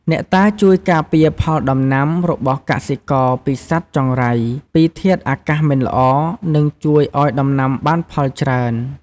អ្នកតាជួយការពារផលដំណាំ របស់កសិករពីសត្វចង្រៃ ពីធាតុអាកាសមិនល្អ និងជួយឱ្យដំណាំបានផលច្រើន។